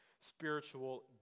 spiritual